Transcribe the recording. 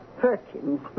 Perkins